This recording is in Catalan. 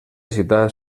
ciutat